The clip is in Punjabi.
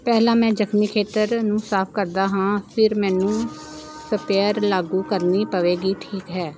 ਪਹਿਲਾਂ ਮੈਂ ਜ਼ਖਮੀ ਖੇਤਰ ਨੂੰ ਸਾਫ਼ ਕਰਦਾ ਹਾਂ ਫਿਰ ਮੈਨੂੰ ਸਪੇਅਰ ਲਾਗੂ ਕਰਨੀ ਪਵੇਗੀ ਠੀਕ ਹੈ